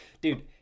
Dude